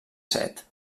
set